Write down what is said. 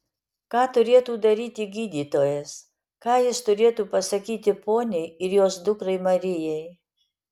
ką turėtų daryti gydytojas ką jis turėtų pasakyti poniai ir jos dukrai marijai